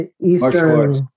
Eastern